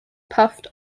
puffed